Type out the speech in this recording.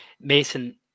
Mason